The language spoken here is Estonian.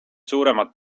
suuremat